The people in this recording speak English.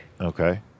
Okay